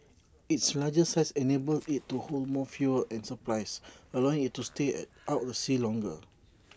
its larger size enables IT to hold more fuel and supplies allowing IT to stay out the sea longer